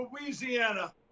Louisiana